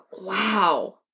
Wow